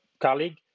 colleague